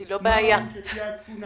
מה ראוי שתהיה התקינה?